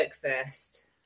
first